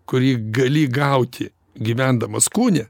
kurį gali gauti gyvendamas kūne